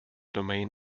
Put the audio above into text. domain